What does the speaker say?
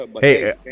Hey